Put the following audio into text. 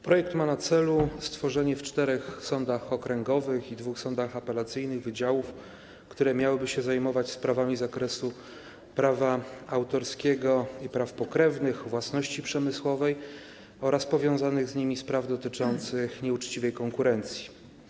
Projekt ma na celu stworzenie w czterech sądach okręgowych i dwóch sądach apelacyjnych wydziałów, które miałyby się zajmować sprawami z zakresu prawa autorskiego i praw pokrewnych, własności przemysłowej oraz powiązanych z nimi spraw dotyczących nieuczciwej konkurencji.